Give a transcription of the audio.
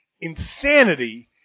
insanity